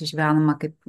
išgyvenama kaip